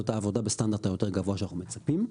את העבודה בסטנדרט היותר גבוה שאנחנו מצפים.